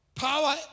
power